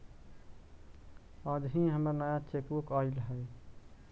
आज ही हमर नया चेकबुक आइल हई